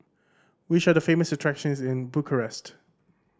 which are the famous attractions in Bucharest